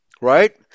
right